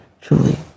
truly